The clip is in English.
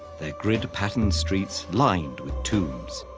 their grid-patterned streets lined with tombs.